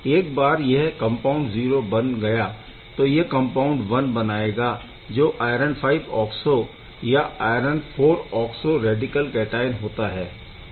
एक बार यह कम्पाउण्ड 0 बन गया तो यह कम्पाउण्ड 1 बनाएगा जो आयरन V ऑक्सो या iron IV oxo radical cation होता है